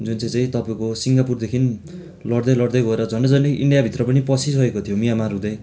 जुन चाहिँ चाहिँ तपाईँको सिङ्गापुरदेखि लड्दै लड्दै गएर झन्डैझन्डै इन्डियाभित्र पनि पसिसकेको थियो म्यान्मार हुँदै